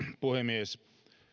puhemies